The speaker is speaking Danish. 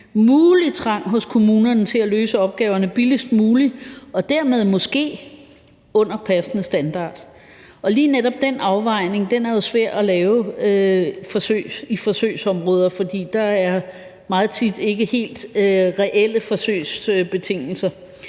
mulig trang hos kommunerne til at løse opgaverne billigst muligt og dermed måske under passende standard, og lige netop den afvejning er jo svær at lave i forsøgsområder, fordi der dér meget tit ikke er helt reelle forsøgsbetingelser.